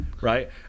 right